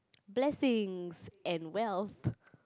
blessings and wealth